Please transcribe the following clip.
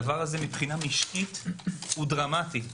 הדבר הזה מבחינה משקית הוא דרמטי.